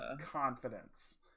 confidence